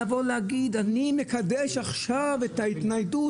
להגיד: אני מקדש עכשיו את ההתניידות?